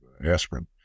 aspirin